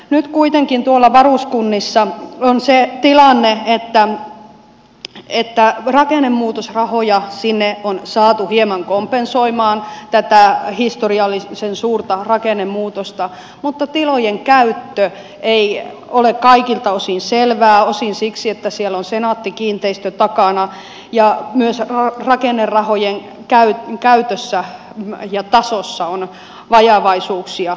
nyt kuitenkin varuskunnissa on se tilanne että rakennemuutosrahoja sinne on saatu hieman kompensoimaan tätä historiallisen suurta rakennemuutosta mutta tilojen käyttö ei ole kaikilta osin selvää osin siksi että siellä on senaatti kiinteistöt takana ja myös rakennerahojen käytössä ja tasossa on vajavaisuuksia